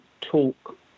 talk